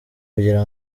kugira